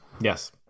Yes